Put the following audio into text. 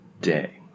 day